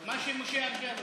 מה שמשה ארבל רוצה.